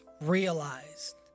realized